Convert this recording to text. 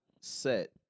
set